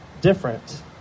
different